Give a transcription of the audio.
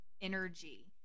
energy